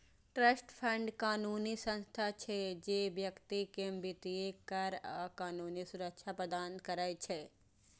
trust fund कानूनी संस्था छियै, जे व्यक्ति कें वित्तीय, कर आ कानूनी सुरक्षा प्रदान करै छै